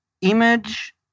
image